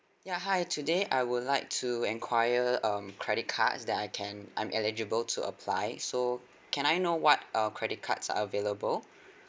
ya hi today I would like to enquire um credit cards that I can I'm eligible to apply so can I know what uh credit cards are available